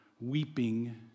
weeping